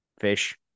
fish